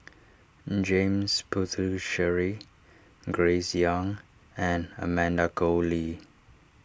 James Puthucheary Grace Young and Amanda Koe Lee